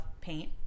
Paint